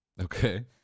Okay